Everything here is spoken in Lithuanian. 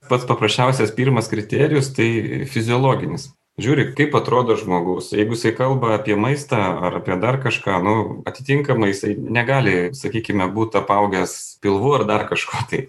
pats paprasčiausias pirmas kriterijus tai fiziologinis žiūri kaip atrodo žmogaus jeigu jisai kalba apie maistą ar apie dar kažką nu atitinkamai jisai negali sakykime būt apaugęs pilvu ar dar kažkuo tai